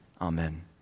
Amen